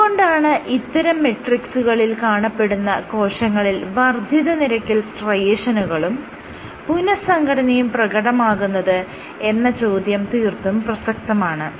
എന്ത് കൊണ്ടാണ് ഇത്തരം മെട്രിക്സുകളിൽ കാണപ്പെടുന്ന കോശങ്ങളിൽ വർദ്ധിത നിരക്കിൽ സ്ട്രയേഷനുകളും പുനഃസംഘടനയും പ്രകടമാകുന്നത് എന്ന ചോദ്യം തീർത്തും പ്രസക്തമാണ്